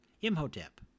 Imhotep